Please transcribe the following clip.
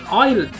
oil